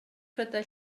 prydau